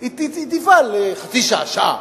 היא תפעל חצי שעה, שעה.